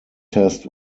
test